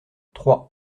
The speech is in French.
trois